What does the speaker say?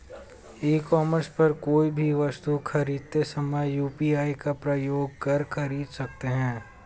ई commerce पर कोई भी वस्तु खरीदते समय यू.पी.आई का प्रयोग कर खरीद सकते हैं